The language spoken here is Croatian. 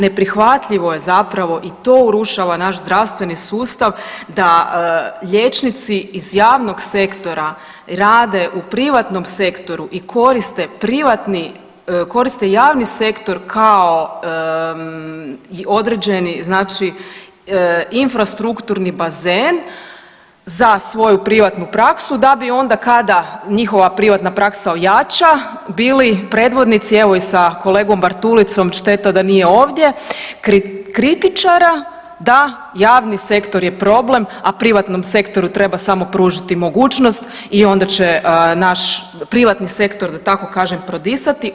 Neprihvatljivo je zapravo i to urušava naš zdravstveni sustav da liječnici iz javnog sektora rade u privatnom sektoru i koriste privatni, koriste javni sektor kao određeni infrastrukturni bazen za svoju privatnu praksu da bi onda kada njihova privatna praksa ojača bili predvodnici, evo i sa kolegom Bartulicom šteta da nije ovdje, kritičara da javni sektor je problem, a privatnom sektoru treba samo pružiti mogućnost i onda će naš privatni sektor da tako kažem prodisati.